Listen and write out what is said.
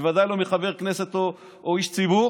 בוודאי לא מחבר כנסת או איש ציבור